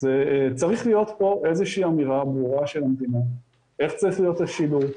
צריך להיות פה איזושהי אמירה ברורה של המדינה איך צריך להיות השילוט,